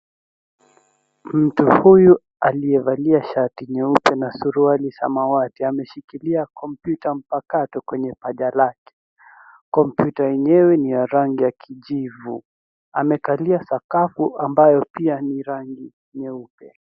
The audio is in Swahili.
Mtu huyu aliyevalia shati nyeupe na suruali samawati, ameshikilia kompyuta mpakato kwenye paja lake. Kompyuta yenyewe ni ya rangi ya kijivu. Amekalia sakafu ambayo pia ni rangi nyeupe.